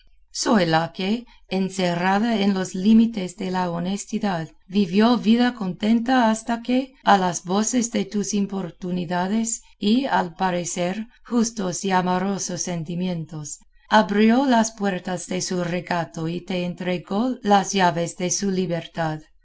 la que encerrada en los límites de la honestidad vivió vida contenta hasta que a las voces de tus importunidades y al parecer justos y amorosos sentimientos abrió las puertas de su recato y te entregó las llaves de su libertad